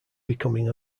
becoming